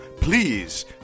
Please